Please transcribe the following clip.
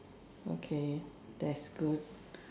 okay that's good